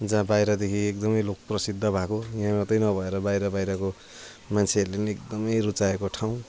जहाँ बाहिरदेखि एकदमै लोकप्रसिद्ध भएको यहाँ मात्र नभएर बाहिर बाहिरको मान्छेहरूले नि एकदमै रुचाएको ठाउँ